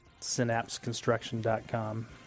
SynapseConstruction.com